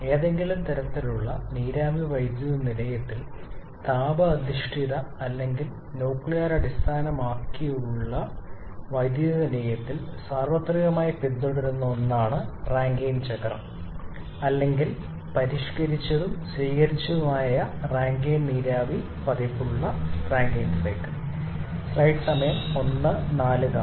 ഏതെങ്കിലും തരത്തിലുള്ള നീരാവി വൈദ്യുത നിലയത്തിൽ താപ അധിഷ്ഠിത അല്ലെങ്കിൽ ന്യൂക്ലിയർ അടിസ്ഥാനമാക്കിയുള്ള വൈദ്യുത നിലയത്തിൽ സാർവത്രികമായി പിന്തുടരുന്ന ഒന്നാണ് റാങ്കൈൻ ചക്രം അല്ലെങ്കിൽ പരിഷ്കരിച്ചതും സ്വീകരിച്ചതുമായ പതിപ്പ് റാങ്കൈൻ നീരാവി പവർ സൈക്കിൾ